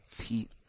pete